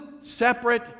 separate